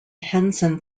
henson